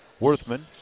Worthman